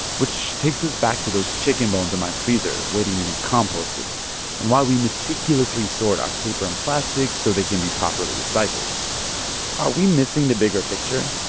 which takes us back to those chicken bones in my freezer waiting to be composted and why we meticulously sort our paper and plastic so they can be properly recycled are we missing the bigger picture?